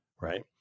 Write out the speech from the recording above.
right